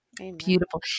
beautiful